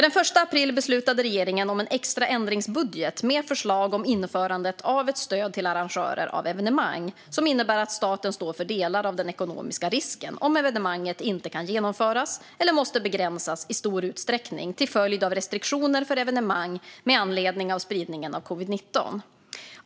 Den 1 april beslutade regeringen om en extra ändringsbudget med förslag om införande av ett stöd till arrangörer av evenemang som innebär att staten står för delar av den ekonomiska risken om evenemanget inte kan genomföras eller måste begränsas i stor utsträckning till följd av restriktioner för evenemang med anledning av spridningen av covid-19.